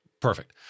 Perfect